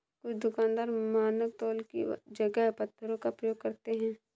कुछ दुकानदार मानक तौल की जगह पत्थरों का प्रयोग करते हैं